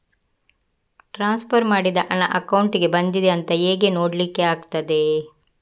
Transfer ಮಾಡಿದ ಹಣ ಅಕೌಂಟಿಗೆ ಬಂದಿದೆ ಅಂತ ಹೇಗೆ ನೋಡ್ಲಿಕ್ಕೆ ಆಗ್ತದೆ?